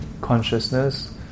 consciousness